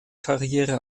karriere